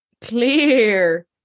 clear